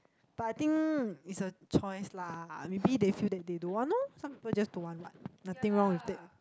but I think is a choice lah maybe they feel that they don't want lor some people just don't want what nothing wrong with it